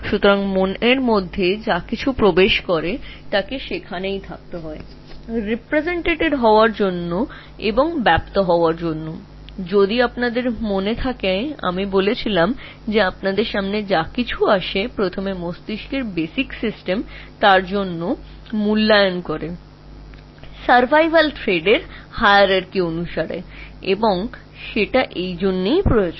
সুতরাং যা কিছু মনে যায় সেগুলি সেখানে উপস্থিত থাকতে হবে আমি আগেই বলেছিলাম যে কোনও কিছু তোমার কাছে আসে প্রথমে মস্তিষ্কের প্রাথমিক ব্যবস্থাগুলি টিকে থাকার শ্রেণিবিন্যাসের মধ্যে এটিকে মূল্যায়ন করবে এবং সেই কারণেই এই প্রয়োজন